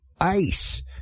ice